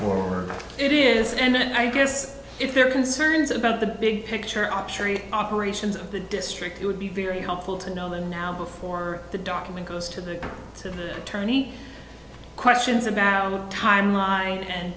or it is and i guess if there are concerns about the big picture of cherry operations of the district it would be very helpful to know them now before the document goes to the to the attorney questions about the timeline and